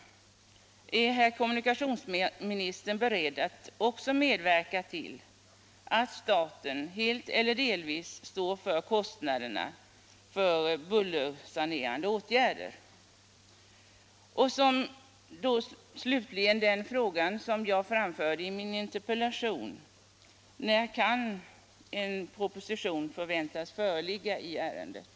Är kommunikationsministern också beredd att medverka till att staten, helt eller delvis, står för kostnaderna för bullersanerande åtgärder? Slutligen den fråga som jag ställde i min interpellation: När kan en proposition förväntas föreligga i ärendet?